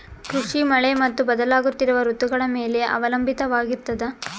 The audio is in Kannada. ಕೃಷಿ ಮಳೆ ಮತ್ತು ಬದಲಾಗುತ್ತಿರುವ ಋತುಗಳ ಮೇಲೆ ಅವಲಂಬಿತವಾಗಿರತದ